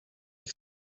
ich